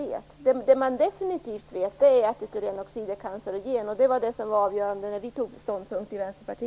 Det som man definitivt vet är att etylenoxid är cancerogen, och det var det avgörande när vi tog ståndpunkt i vårt parti.